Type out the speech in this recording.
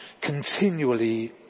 continually